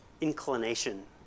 inclination